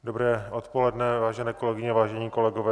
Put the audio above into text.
Dobré odpoledne, vážené kolegyně, vážení kolegové.